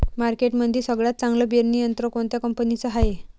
मार्केटमंदी सगळ्यात चांगलं पेरणी यंत्र कोनत्या कंपनीचं हाये?